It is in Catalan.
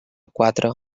quatre